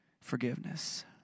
forgiveness